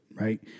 right